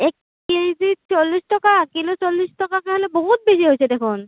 এক কেজিত চল্লিছ টকা কিলো চল্লিছ টকাকৈ হ'লে বহুত বেছি হৈছে দেখোন